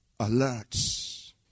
alerts